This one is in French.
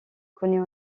connus